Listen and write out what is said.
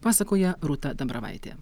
pasakoja rūta dambravaitė